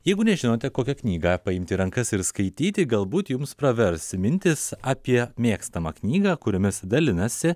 jeigu nežinote kokią knygą paimt į rankas ir skaityti galbūt jums pravers mintys apie mėgstamą knygą kuriomis dalinasi